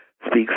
speaks